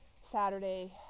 Saturday